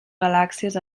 galàxies